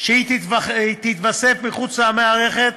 שתתווסף מחוץ למערכת.